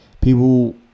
people